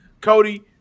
Cody